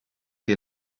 che